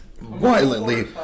Violently